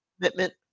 commitment